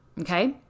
Okay